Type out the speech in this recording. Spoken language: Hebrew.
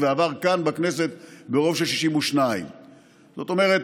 ועבר כאן בכנסת ברוב של 62. זאת אומרת,